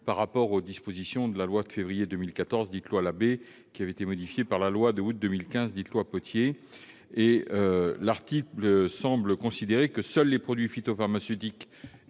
par rapport aux dispositions de la loi du 6 février 2014, dite loi Labbé, qui avait été modifiée par la loi d'août 2015, dite loi Potier. L'article semble considérer que seuls les produits phytopharmaceutiques